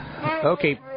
Okay